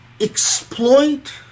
exploit